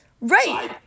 Right